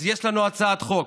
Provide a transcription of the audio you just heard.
אז יש לנו הצעת חוק,